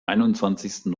einundzwanzigsten